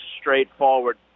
straightforward